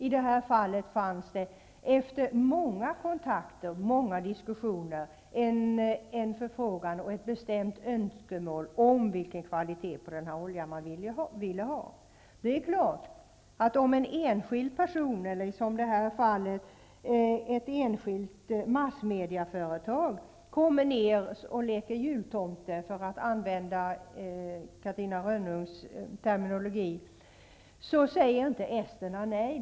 I det här fallet förelåg efter många kontakter och diskussioner ett bestämt önskemål om vilken kvalitet på oljan man ville ha. Om en enskild person eller -- som i det här fallet -- ett enskilt massmediaföretag kommer ner och leker jultomte, för att använda Catarina Rönnungs terminologi, är det klart att esterna inte säger nej.